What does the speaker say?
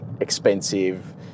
expensive